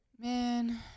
man